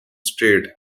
state